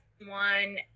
one